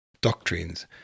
doctrines